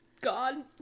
gone